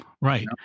Right